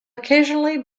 occasionally